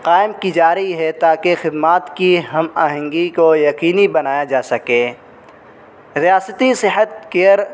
قائم کی جا رہی ہے تاکہ خدمات کی ہم آہنگی کو یقینی بنایا جا سکے ریاستی صحت کیئر